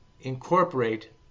incorporate